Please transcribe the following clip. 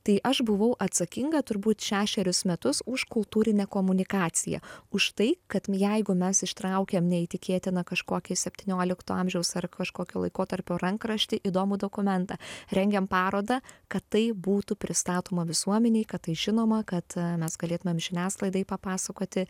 tai aš buvau atsakinga turbūt šešerius metus už kultūrinę komunikaciją už tai kad jeigu mes ištraukiam neįtikėtiną kažkokį septyniolikto amžiaus ar kažkokio laikotarpio rankraštį įdomų dokumentą rengiam parodą kad tai būtų pristatoma visuomenei kad tai žinoma kad mes galėtumėm žiniasklaidai papasakoti